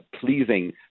pleasing